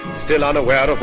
still unaware of